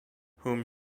whom